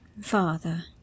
father